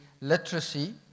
literacy